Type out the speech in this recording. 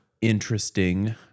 Interesting